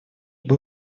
был